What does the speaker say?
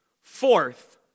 Fourth